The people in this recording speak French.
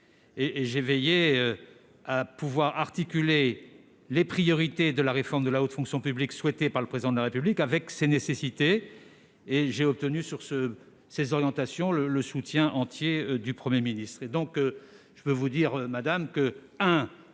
j'ai veillé à pouvoir articuler les priorités de la réforme de la haute fonction publique, souhaitée par le Président de la République, avec ces nécessités. J'ai obtenu sur ces orientations le soutien plein et entier du Premier ministre. Madame la sénatrice, je peux